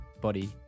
body